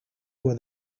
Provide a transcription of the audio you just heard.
were